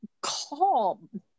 calm